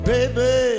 Baby